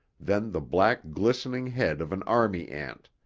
then the black glistening head of an army ant,